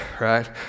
right